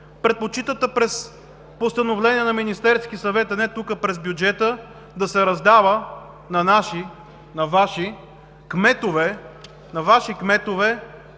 Предпочитате през постановление на Министерския съвет, а не тук, през бюджета, да се раздават на наши, на Ваши кметове бюджети, които